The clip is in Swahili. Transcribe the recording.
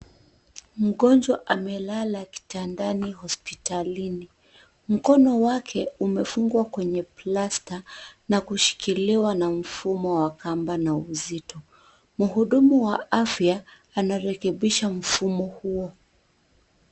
Mgonjwa amelala kitandani hospitalini. Mkono wake umefungwa kwenye plasta na kushikiliwa na mfumo wa kamba na uzito. Mhudumu wa afya, anarekebisha mfumo huo.